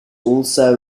also